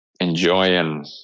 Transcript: enjoying